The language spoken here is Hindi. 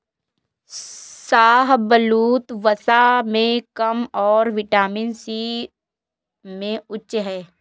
शाहबलूत, वसा में कम और विटामिन सी में उच्च है